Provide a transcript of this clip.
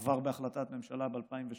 היא עברה בהחלטת ממשלה ב-2018,